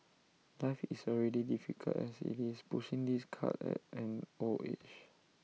life is already difficult as IT is pushing this cart at an old age